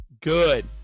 Good